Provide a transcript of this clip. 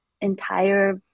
entire